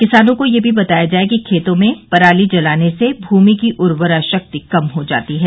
किसानों को यह भी बताया जाये कि खेतों में पराली जलाने से भूमि की उर्वरा शक्ति कम हो जाती है